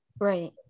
Right